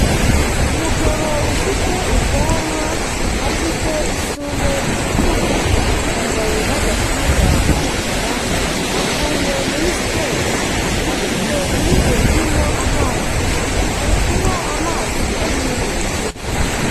Umugabo ufite ubwanwa afite isume ku rutugu, yambaye n'agapira k'umukara avuye muri siporo, afite gurude irimo amazi, ari kunywa amazi ari muri iyo gurude.